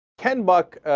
ten but ah.